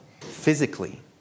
physically